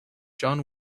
john